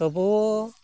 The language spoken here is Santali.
ᱛᱚᱵᱩᱣ